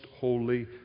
holy